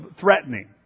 threatening